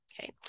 Okay